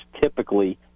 typically